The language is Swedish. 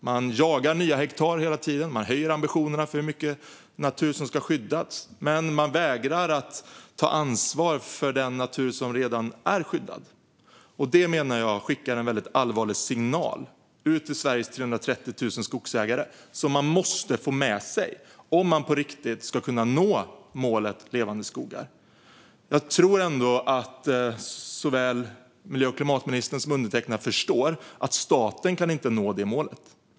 Man jagar hela tiden nya hektar och höjer ambitionerna för hur mycket natur som ska skyddas. Men man vägrar att ta ansvar för den natur som redan är skyddad. Detta skickar, menar jag, en väldigt allvarlig signal ut till Sveriges 330 000 skogsägare, som man måste få med sig om man på riktigt ska kunna nå målet Levande skogar. Jag tror ändå att miljö och klimatministern likaväl som undertecknad förstår att staten inte kan nå det målet.